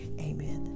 Amen